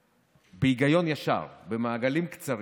בהיגיון ישר, במעגלים קצרים.